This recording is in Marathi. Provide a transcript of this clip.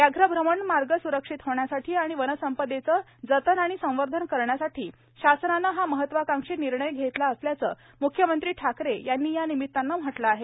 व्याघ्र भ्रमण मार्ग सुरक्षित होण्यासाठी आणि वनसंपदेचे जतन आणि संवर्धन करण्यासाठी शासनाने हा महत्वाकांक्षी निर्णय घेतला असल्याचे मुख्यमंत्री ठाकरे यांनी या निमित्ताने म्हटले आहे